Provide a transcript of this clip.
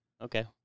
Okay